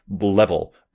level